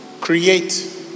create